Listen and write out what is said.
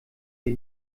wir